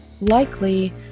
likely